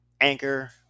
Anchor